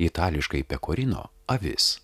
itališkai pekorino avis